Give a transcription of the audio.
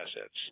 assets